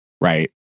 right